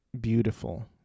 beautiful